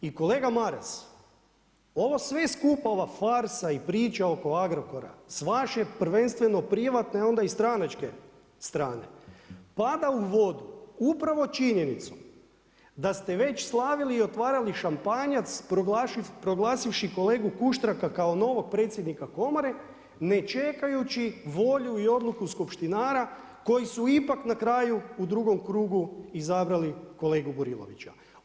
I kolega Maras, ovo sve skupa, ova farsa i priča oko Agrokora s vaše prvenstveno privatne, onda i stranačke strane pada u vodu upravo činjenicom da ste već slavili i otvarali šampanjac proglasivši kolegu Kuštraka kao novog predsjednika komore ne čekajući volju i odluku skupštinara koji su ipak na kraju u drugom krugu izabrali kolegu Burilovića.